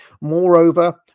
Moreover